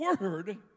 word